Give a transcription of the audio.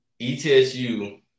ETSU